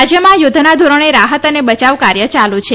રાજયમાં યુદ્ધના ધીરણે રાહત અને બચાવ કાર્ય યાલુ છે